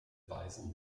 weisen